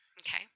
Okay